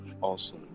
Awesome